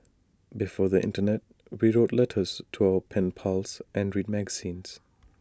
before the Internet we wrote letters to our pen pals and read magazines